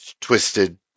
twisted